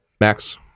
Max